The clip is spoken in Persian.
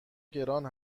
گران